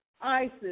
Isis